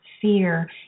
fear